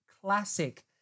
classic